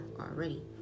already